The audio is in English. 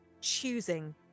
choosing